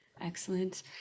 Excellent